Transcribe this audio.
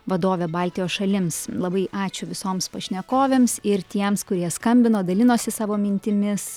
vadovė baltijos šalims labai ačiū visoms pašnekovėms ir tiems kurie skambino dalinosi savo mintimis